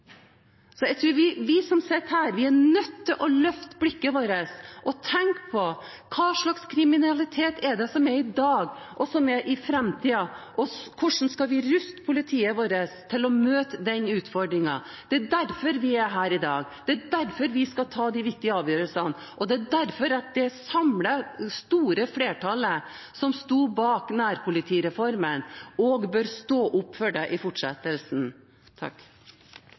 Jeg tror at vi som sitter her, er nødt til å løfte blikket vårt og tenke på hva slags kriminalitet som er i dag og i framtiden, og hvordan vi skal ruste politiet vårt til å møte den utfordringen. Det er derfor vi er her i dag, det er derfor vi skal ta de viktige avgjørelsene, og det er derfor det samlede, store flertallet som sto bak nærpolitireformen, også bør stå opp for den i fortsettelsen.